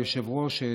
היושב-ראש,